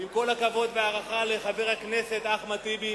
עם כל הכבוד וההערכה לחבר הכנסת אחמד טיבי